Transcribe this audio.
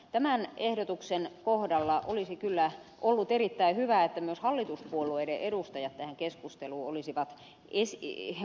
tämän ehdotuksen kohdalla olisi kyllä ollut erittäin hyvä että myös hallituspuolueiden edustajat tähän keskusteluun olisivat osallistuneet